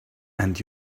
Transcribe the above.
and